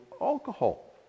alcohol